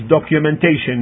documentation